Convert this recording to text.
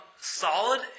solid